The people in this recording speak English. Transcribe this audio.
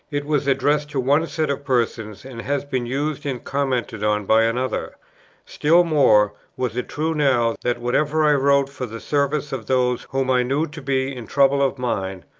it was addressed to one set of persons, and has been used and commented on by another still more was it true now, that whatever i wrote for the service of those whom i knew to be in trouble of mind,